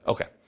Okay